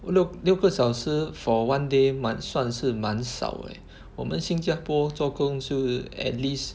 六六个小时 for one day 蛮算是蛮少 eh 我们新加坡做工是 at least